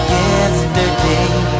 yesterday